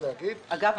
אגב,